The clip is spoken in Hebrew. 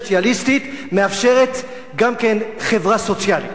סוציאליסטית מאפשרת גם חברה סוציאלית.